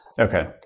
Okay